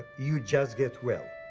you just get well.